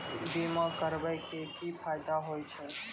बीमा करबै के की फायदा होय छै?